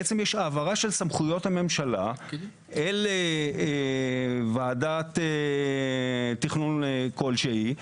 בעצם יש העברה של סמכויות הממשלה אל ועדת תכנון כלשהי.